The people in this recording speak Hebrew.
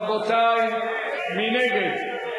רבותי, מי נגד?